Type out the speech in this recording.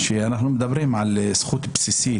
אנחנו מדברים על זכות בסיסית,